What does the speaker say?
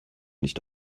nicht